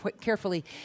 carefully